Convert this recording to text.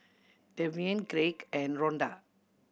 Devyn Craig and Ronda